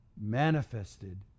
manifested